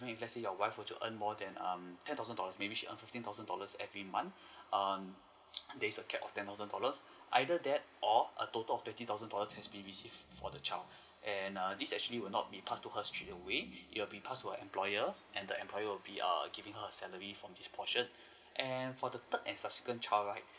if let's say your wife were to earn more than um ten thousand dollars maybe she earn fifteen thousand dollars every month err there is a cap of ten thousand dollars either that or a total of twenty thousand dollars have been received for the child and err this actually would not be pass to her straightaway it would be pass to her employer and the employer would be err giving her salary from this portion and for the third and subsequent child right